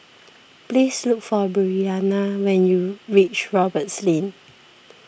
please look for Breana when you reach Roberts Lane